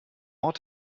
dort